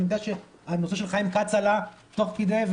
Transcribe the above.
ואני יודע שהנושא של חיים כץ עלה תוך כדי,